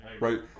Right